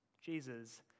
Jesus